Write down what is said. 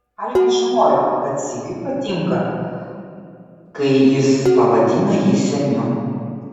algis žinojo kad sigiui patinka kai jis pavadina jį seniu